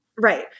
right